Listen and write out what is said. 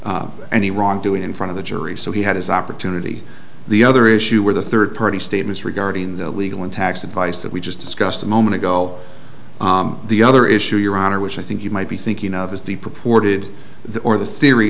any wrongdoing in front of the jury so he had his opportunity the other issue where the third party statements regarding the legal and tax advice that we just discussed a moment ago the other issue your honor which i think you might be thinking of is the purported that or the theory